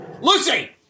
Lucy